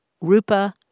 Rupa